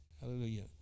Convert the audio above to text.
Hallelujah